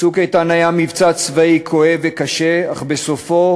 "צוק איתן" היה מבצע צבאי כואב וקשה, אך בסופו